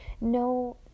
No